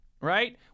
right